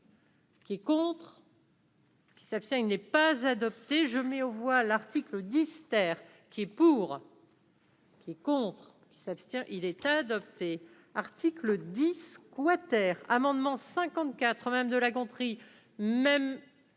Qui est contre. Qui s'abstient, il n'est pas adopté, je mets aux voix l'article Dister qui est pour. Qui est contre qui s'abstient, il est adopté, article 10. Waters amendement 54 même de La Gontrie même